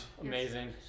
Amazing